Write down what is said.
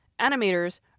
animators